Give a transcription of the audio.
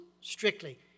strictly